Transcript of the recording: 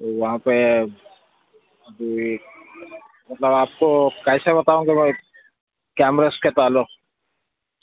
وہاں پہ ابھی مطلب آپ کو کیسے بتاؤں کہ میں کیمراز کے تعلق